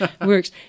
works